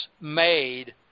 made